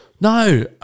No